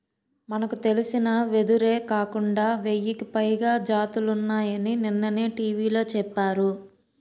మనకు తెలిసిన వెదురే కాకుండా వెయ్యికి పైగా జాతులున్నాయని నిన్ననే టీ.వి లో చెప్పారు